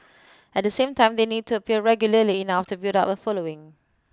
at the same time they need to appear regularly enough to build up a following